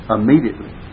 Immediately